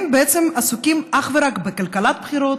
הם בעצם עסוקים אך ורק בכלכלת בחירות,